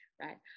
Right